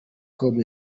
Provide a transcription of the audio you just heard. com